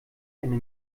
eine